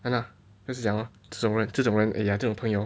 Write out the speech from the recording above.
hanna 就是讲 lor 这种人这种人这种朋友